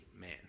man